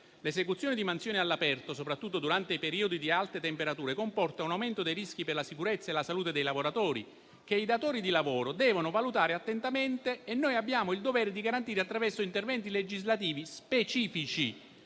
L'esecuzione di mansioni all'aperto, soprattutto durante i periodi di alte temperature, comporta un aumento dei rischi per la sicurezza e la salute dei lavoratori che i datori di lavoro devono valutare attentamente e che noi abbiamo il dovere di garantire attraverso interventi legislativi specifici.